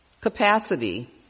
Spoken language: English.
capacity